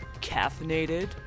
Caffeinated